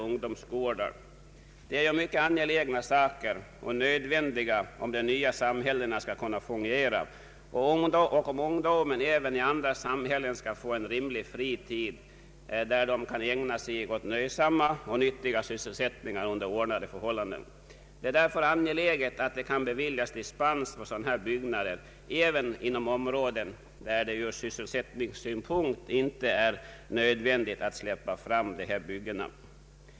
Det är ju här fråga om mycket angelägna och nödvändiga saker, om de nya samhällena skall kunna fungera och om ungdomen även i andra samhällen skall kunna få en stimulerande fritid för att ägna sig åt nöjsamma och nyttiga sysselsättningar under ordnade förhållanden. Det är därför angeläget att dispens kan beviljas för sådana här byggnader även inom områden där det från sysselsättningssynpunkt inte är nödvändigt att släppa fram dessa byggen.